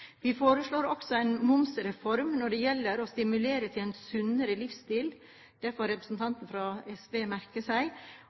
Vi foreslår også en momsreform for å stimulere til en sunnere livsstil